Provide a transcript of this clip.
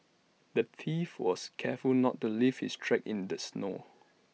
the thief was careful not to leave his tracks in the snow